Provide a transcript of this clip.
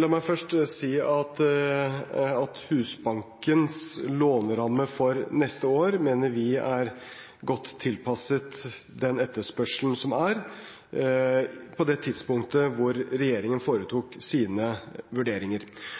La meg først si at vi mener Husbankens låneramme for neste år er godt tilpasset den etterspørselen som var på det tidspunktet regjeringen foretok sine vurderinger.